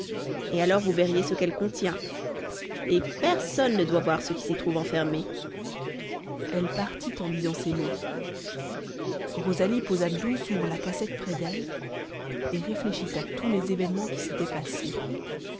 et alors vous verriez ce qu'elle contient et personne ne doit voir ce qui s'y trouve enfermé elle partit en disant ces mots rosalie posa doucement la cassette près d'elle et réfléchit à tous les événements qui s'étaient passés